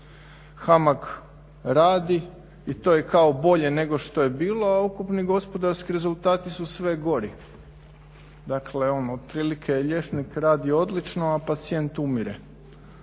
HAMAG radi i to je kao bolje nego što je bilo a ukupni gospodarski rezultati su sve gori. Dakle, …/Govornik se ne razumije./… otprilike liječnik radi odlično a pacijent umire.